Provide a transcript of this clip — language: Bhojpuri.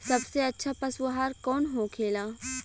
सबसे अच्छा पशु आहार कौन होखेला?